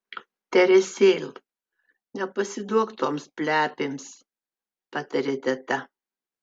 teresėl nepasiduok toms plepėms patarė teta